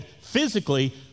physically